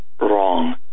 wrong